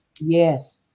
Yes